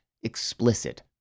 explicit